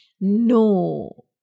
No